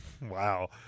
Wow